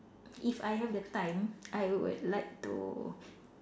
if I have the time I would like to